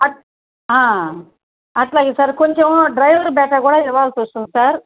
at అలాగే sir కొంచెము కొంచెం డ్రైవర్ బేటా కూడా ఇవ్వాల్సొస్తుంది సార్